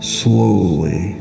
slowly